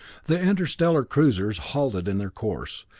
the interstellar cruisers halted in their course,